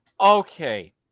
Okay